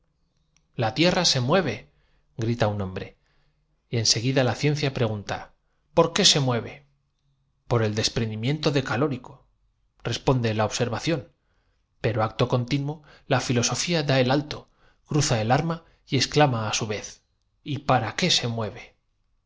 la tierra se mueve grita un hombre y en segui brán observado la enorme cantidad de vapor que se da la ciencia pregunta porqué se mueve por el desprende de ellas figúrese por lo tanto el que des pediría la fusión de un esferoide cuyo volumen es de desprendimiento de calórico responde la observación pero acto continuo la filosofía da el alto cruza el arma mil setenta y nueve millones de miriámetros cúbicos y exclama á su vez y para qué se mueve